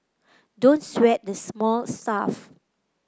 don't sweat the small stuff